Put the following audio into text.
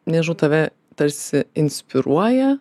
nežinau tave tarsi inspiruoja